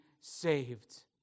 saved